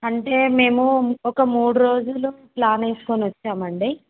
అంటే మేము ఒక మూడు రోజులు ప్లాన్ వేసుకుని వచ్చాం అండి